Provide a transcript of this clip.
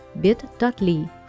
bit.ly